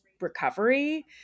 recovery